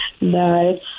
no